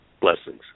Blessings